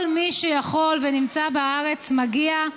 כל מי שיכול ונמצא בארץ מגיע.